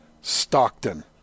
Stockton